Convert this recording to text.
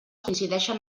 coincideixen